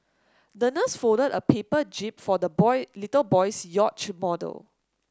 the nurse folded a paper jib for the boy little boy's yacht model